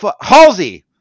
Halsey